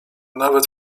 nawet